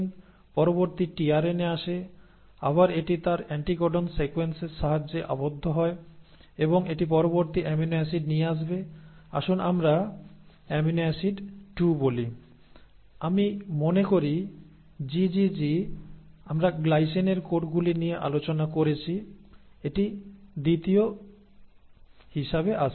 পরবর্তী টিআরএনএ আসে আবার এটি তার অ্যান্টিকোডন সিক্যুয়েন্সের সাহায্যে আবদ্ধ হয় এবং এটি পরবর্তী অ্যামিনো অ্যাসিড নিয়ে আসবে আসুন আমরা অ্যামিনো অ্যাসিড 2 বলি আমি মনে করি GGG আমরা গ্লাইসিনের কোডগুলি নিয়ে আলোচনা করেছি এটি দ্বিতীয় হিসাবে আসে